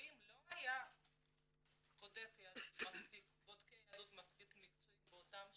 ואם לא היה בודקי יהדות מספיק מקצועיים באותן שנים,